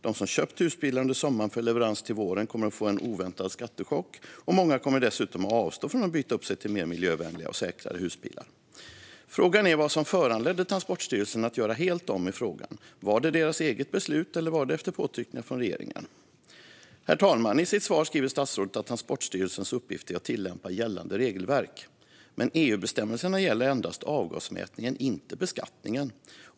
De som köpt husbilar under sommaren för leverans till våren kommer att få en oväntad skattechock, och många kommer dessutom att avstå från att byta upp sig till mer miljövänliga och säkrare husbilar. Frågan är vad som föranledde Transportstyrelsen att göra helt om i frågan. Var det deras eget beslut, eller var det efter påtryckningar från regeringen? Herr talman! I sitt svar skriver statsrådet att Transportstyrelsens uppgift är att tillämpa gällande regelverk. Men EU-bestämmelserna gäller endast avgasmätningen, inte beskattningen.